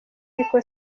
ariko